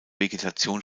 vegetation